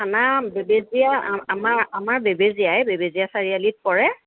আমাৰ বেবেজীয়া আমাৰ আমাৰ বেবেজীয়াই বেবেজীয়া চাৰিআলিত পৰে